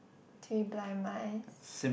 three blind mice